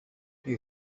you